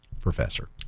professor